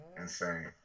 Insane